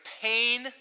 pain